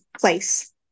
place